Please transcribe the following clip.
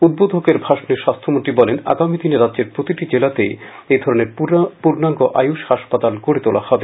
উদ্বোধকের ভাষণে স্বাস্হ্যমন্ত্রী বলেন আগামীদিনে রাজ্যের প্রতিটি জেলাতেই এ ধরনের পূর্ণাঙ্গ আয়ুশ হাসপাতাল গড়ে তোলা হবে